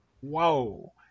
whoa